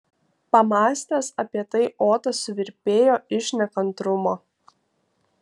pamąstęs apie tai otas suvirpėjo iš nekantrumo